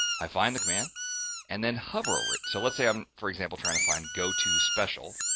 i find the command and then hover over it, so let's say i'm for example trying to find go to special.